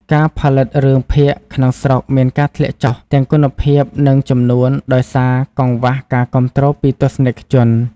ការផលិតរឿងភាគក្នុងស្រុកមានការធ្លាក់ចុះទាំងគុណភាពនិងចំនួនដោយសារកង្វះការគាំទ្រពីទស្សនិកជន។